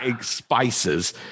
spices